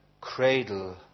cradle